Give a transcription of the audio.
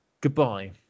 Goodbye